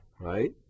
right